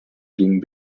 ging